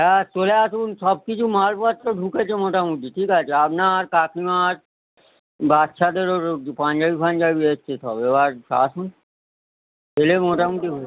হ্যাঁ চলে আসুন সব কিছু মালপত্র ঢুকেছে মোটামুটি ঠিক আছে আপনার কাকিমার বাচ্চাদেরও রও পাঞ্জাবি ফাঞ্জাবি এসছে সব এবার আসুন এলে মোটামুটি